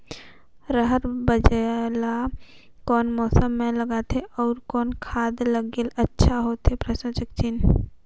रहर बीजा ला कौन मौसम मे लगाथे अउ कौन खाद लगायेले अच्छा होथे?